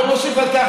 בואו נוסיף על כך,